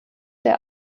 der